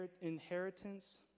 inheritance